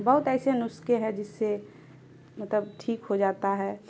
بہت ایسے نسخے ہیں جس سے مطلب ٹھیک ہو جاتا ہے